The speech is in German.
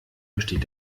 besteht